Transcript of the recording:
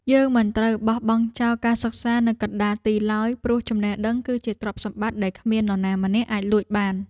យើងមិនត្រូវបោះបង់ចោលការសិក្សានៅកណ្តាលទីឡើយព្រោះចំណេះដឹង គឺជាទ្រព្យសម្បត្តិដែលគ្មាននរណាម្នាក់អាចលួចបាន។